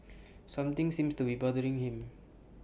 something seems to be bothering him